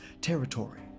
territory